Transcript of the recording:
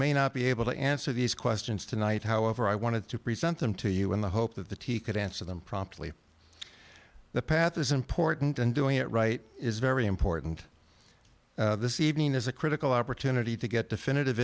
may not be able to answer these questions tonight however i wanted to present them to you in the hope that the t could answer them promptly the path is important and doing it right is very important this evening is a critical opportunity to get definitive